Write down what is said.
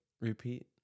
repeat